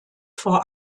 vor